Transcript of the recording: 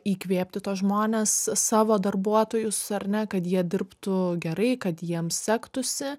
įkvėpti tuos žmones savo darbuotojus ar ne kad jie dirbtų gerai kad jiem sektųsi